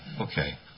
Okay